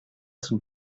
son